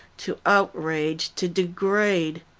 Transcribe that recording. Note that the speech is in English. to outrage, to degrade.